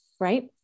right